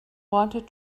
wanted